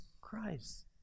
Christ